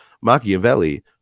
Machiavelli